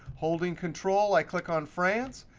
holding control, i click on france.